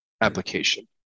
application